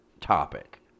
topic